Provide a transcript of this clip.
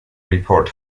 report